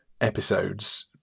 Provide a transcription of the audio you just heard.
episodes